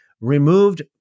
removed